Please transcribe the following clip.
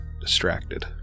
Distracted